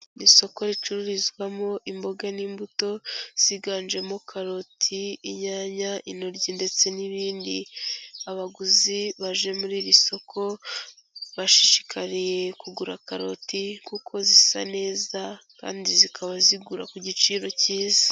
Isoko ricururizwamo imboga n'imbuto ziganjemo karoti, inyanya, intoryi ndetse n'ibindi, abaguzi baje muri iri soko bashishikariye kugura karoti kuko zisa neza, kandi zikaba zigura ku giciro cyiza.